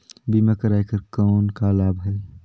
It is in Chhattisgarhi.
बीमा कराय कर कौन का लाभ है?